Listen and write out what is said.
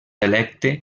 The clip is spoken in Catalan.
electe